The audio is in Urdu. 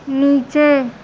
نیچے